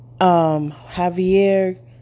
javier